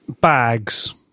Bags